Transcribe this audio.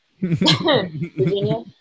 Virginia